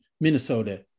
Minnesota